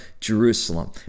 Jerusalem